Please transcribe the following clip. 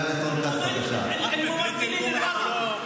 אז אתה זומם נגד העתיד של האזרחים הערבים.